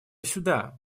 сюда